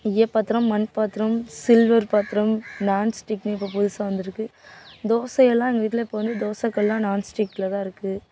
ஈயப் பாத்திரம் மண் பாத்திரம் சில்வர் பாத்திரம் நாண்ஸ்டிக்குனு இப்போ புதுசாக வந்திருக்கு தோசையெல்லாம் எங்கள் வீட்டில் இப்போ வந்து தோசைக்கல்லெலாம் நாண்ஸ்டிக்கில் தான் இருக்குது